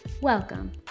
Welcome